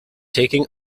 taking